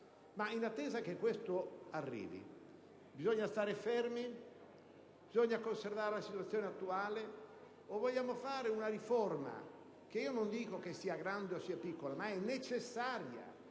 In attesa però che questo si realizzi, bisogna stare fermi? Bisogna conservare la situazione attuale, o vogliamo fare una riforma che (io non dico che sia grande o piccola) è comunque necessaria?